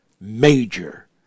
major